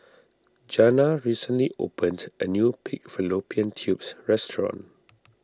Jana recently opened a new Pig Fallopian Tubes restaurant